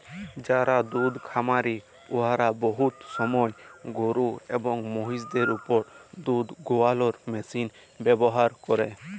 যারা দুহুদ খামারি উয়ারা বহুত সময় গরু এবং মহিষদের উপর দুহুদ দুয়ালোর মেশিল ব্যাভার ক্যরে